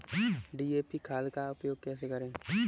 DAP खाद का उपयोग कैसे करें?